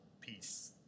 peace